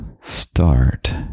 start